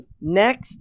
next